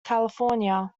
california